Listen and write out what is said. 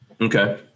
Okay